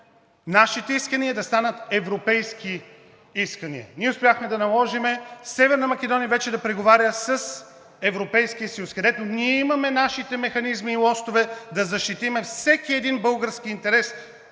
нашите искания да станат европейски искания. Успяхме да наложим Северна Македония вече да преговаря с Европейския съюз, където ние имаме нашите механизми и лостове да защитим всеки един български интерес,